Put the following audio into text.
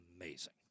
amazing